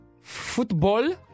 Football